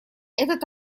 этот